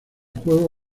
juego